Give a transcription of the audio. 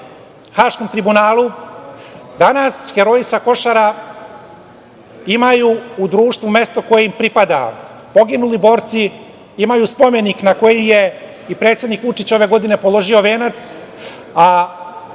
Haškom tribunalu, danas heroji sa Košara, imaju u društvu mesto koje im pripada. Poginuli borci imaju spomenik na koji je i predsednik Vučić položio venac ove